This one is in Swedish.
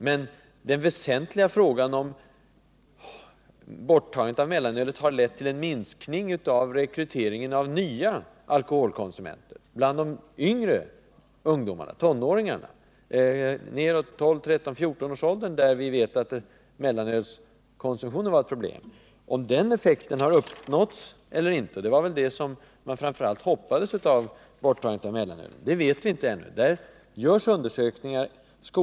Men den väsentliga frågan, om borttagandet av mellanölet har lett till en minskning av rekryteringen av alkoholkonsumenter bland de yngre ungdomarna, dvs. tonåringarna i 13-14-årsåldern, kan vi inte ge något svar på i dag. Om det blivit en minskning i det här avseendet — och det var väl detta man framför allt hoppades att mellanölsförbudet skulle medföra — vet vi alltså inte ännu. Undersökningar för att utröna detta pågår.